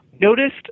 noticed